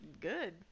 good